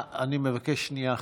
אני מבקש שנייה אחת.